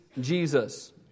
Jesus